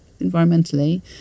environmentally